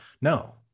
No